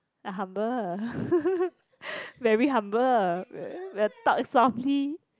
I humble very humble will talk softly